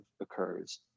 occurs